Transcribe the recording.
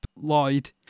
Lloyd